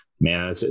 Man